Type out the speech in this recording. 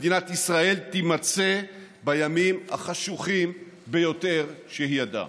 מדינת ישראל תימצא בימים החשוכים ביותר שהיא ידעה.